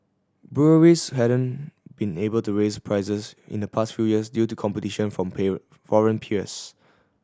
Breweries hadn't been able to raise prices in the past few years due to competition from foreign peers